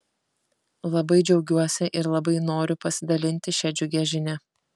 labai džiaugiuosi ir labai noriu pasidalinti šia džiugia žinia